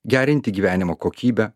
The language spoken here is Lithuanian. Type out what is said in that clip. gerinti gyvenimo kokybę